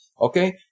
okay